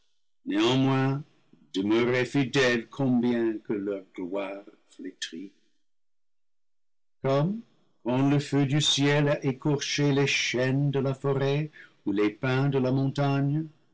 néanmoins demeurés fidèles combien que leur gloire flétrie comme quand le feu du ciel a écorché les chênes de la forêt ou les pins de la montagne